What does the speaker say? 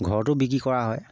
ঘৰতো বিক্ৰী কৰা হয়